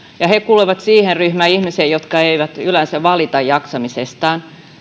ja he kuuluvat siihen ryhmään ihmisiä jotka eivät yleensä valita jaksamisestaan